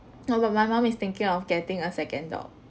no but my mum is thinking of getting a second dog